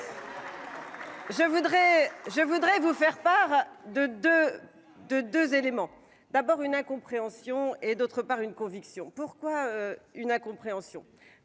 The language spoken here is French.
je voudrais vous faire part de de de 2 éléments, d'abord une incompréhension et d'autre part une conviction. Pourquoi une incompréhension